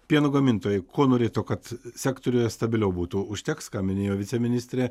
pieno gamintojai ko norėtų kad sektoriuje stabiliau būtų užteks ką minėjo viceministrė